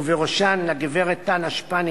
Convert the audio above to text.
ובראשם לגברת טנה שפניץ,